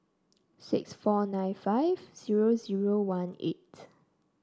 six four nine five zero zero one eight